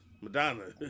Madonna